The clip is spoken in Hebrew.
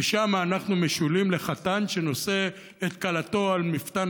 ושם אנחנו משולים לחתן שנושא את כלתו על מפתן